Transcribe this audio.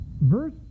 verse